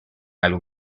álbum